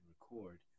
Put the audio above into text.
record